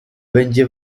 będzie